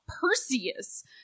Perseus